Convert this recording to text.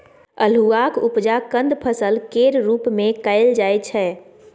अल्हुआक उपजा कंद फसल केर रूप मे कएल जाइ छै